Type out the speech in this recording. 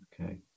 Okay